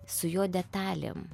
su jo detalėm